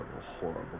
horrible